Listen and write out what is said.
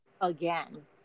again